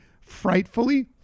frightfully